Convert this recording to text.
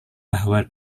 bahwa